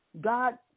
God